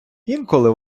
інколи